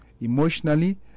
emotionally